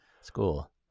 school